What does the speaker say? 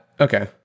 Okay